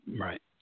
Right